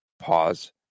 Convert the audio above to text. pause